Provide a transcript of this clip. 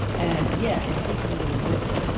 and yeah it takes a little work,